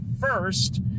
first